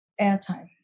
airtime